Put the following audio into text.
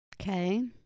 Okay